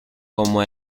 como